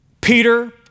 Peter